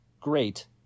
great